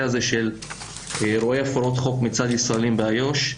הזה של אירועי הפרות חוק מצד ישראלים באיו"ש.